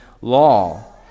law